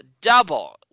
double